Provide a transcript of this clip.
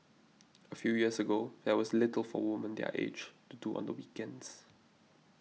a few years ago there was little for women their age to do on the weekends